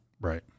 Right